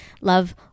love